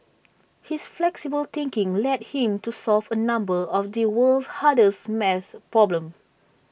his flexible thinking led him to solve A number of the world's hardest math problems